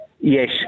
Yes